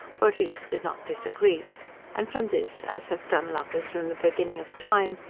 or at least did not disagree and, from this, as have done lovers from the beginning of time,